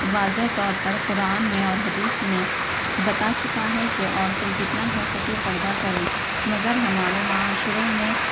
واضح طور پر قرآن میں اور حدیث میں بتا چکا ہے کہ عورتیں جتنا ہو سکے پردہ کریں مگر ہمارے معاشرے میں